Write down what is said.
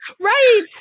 Right